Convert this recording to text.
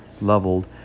leveled